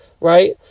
right